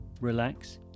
relax